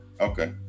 Okay